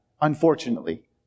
unfortunately